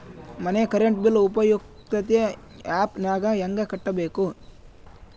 ಮನೆ current bill ಉಪಯುಕ್ತತೆ app ನಾಗ ಹೆಂಗ ಕಟ್ಟಬೇಕು?